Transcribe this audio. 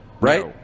right